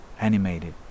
animated